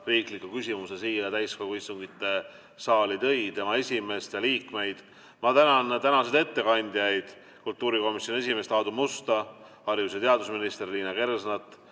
riikliku küsimuse siia täiskogu istungite saali tõi, tema esimeest ja liikmeid. Ma tänan tänaseid ettekandjaid, kultuurikomisjoni esimeest Aadu Musta, haridus‑ ja teadusminister Liina Kersnat,